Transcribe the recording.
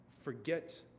forget